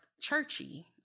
churchy